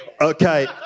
Okay